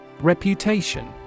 Reputation